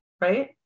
Right